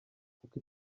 kuko